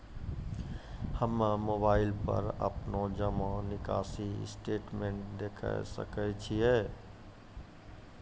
हम्मय मोबाइल पर अपनो जमा निकासी स्टेटमेंट देखय सकय छियै?